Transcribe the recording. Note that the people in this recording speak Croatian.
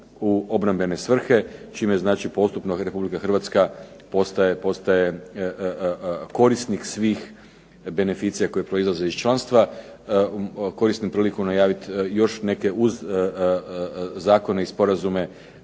u obrambene svrhe čime znači postupno Republika Hrvatska postaje korisnik svih beneficija koji proizlaze iz članstva. Koristim priliku najaviti još neke uz zakone i sporazume